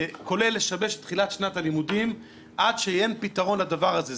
כולל לשבש את תחילת שנת הלימודים עד שאין פתרון לדבר הזה.